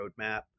roadmap